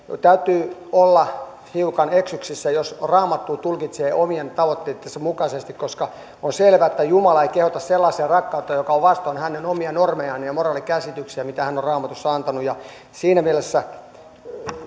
täytyy olla hiukan eksyksissä jos raamattua tulkitsee omien tavoitteittensa mukaisesti koska on selvää että jumala ei kehota sellaiseen rakkauteen joka on vastoin hänen omia normejaan ja moraalikäsityksiään mitä hän on raamatussa antanut siinä mielessä on